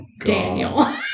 Daniel